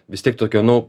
vis tiek tokio nu